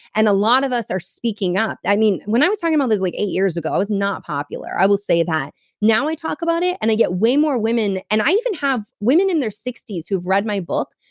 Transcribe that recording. and a lot of us are speaking up when i was talking about this like eight years ago, i was not popular, i will say that now i talk about it, and i get way more women, and i even have women in their sixty s, who've read my book,